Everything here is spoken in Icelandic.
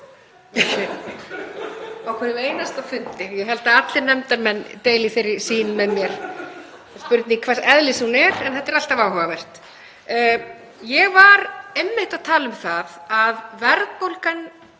á hverjum einasta fundi og ég held að allir nefndarmenn deili þeirri sýn með mér. Spurning hvers eðlis hún er en þetta er alltaf áhugavert. Ég var einmitt að tala um það að verðbólgan